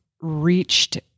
reached